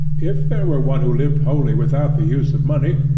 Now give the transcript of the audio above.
if there were one who lived wholly without the use of money,